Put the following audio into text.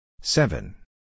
Seven